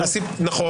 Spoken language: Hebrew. נכון,